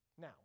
Now